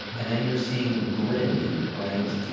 and then you're seeing grid right?